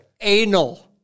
Anal